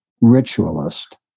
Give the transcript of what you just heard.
ritualist